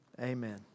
amen